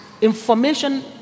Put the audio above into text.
information